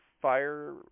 fire